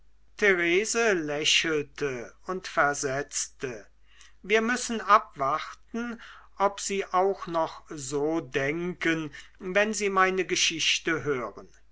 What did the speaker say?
therese lächelte und versetzte wir müssen abwarten ob sie auch noch so denken wenn sie meine geschichte hören